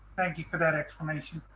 thank you for that explanation.